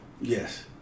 Yes